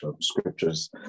scriptures